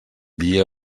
dia